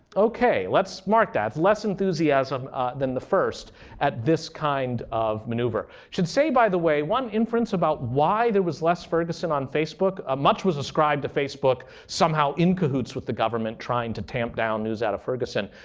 ok, let's mark that. it's less enthusiasm than the first at this kind of maneuver. should say, by the way, one inference about why there was less ferguson on facebook ah much was ascribed to facebook somehow in cahoots with the government trying to tamp down news out of ferguson.